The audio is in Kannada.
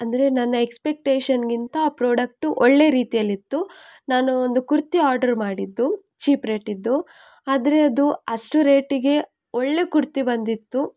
ಅಂದರೆ ನನ್ನ ಎಕ್ಸ್ಪೆಕ್ಟೇಶನ್ನಿಗಿಂತ ಆ ಪ್ರಾಡಕ್ಟು ಒಳ್ಳೆ ರೀತಿಯಲ್ಲಿತ್ತು ನಾನು ಒಂದು ಕುರ್ತಿ ಆರ್ಡರ್ ಮಾಡಿದ್ದು ಚೀಪ್ ರೇಟಿದ್ದು ಆದರೆ ಅದು ಅಷ್ಟು ರೇಟಿಗೆ ಒಳ್ಳೆ ಕುರ್ತಿ ಬಂದಿತ್ತು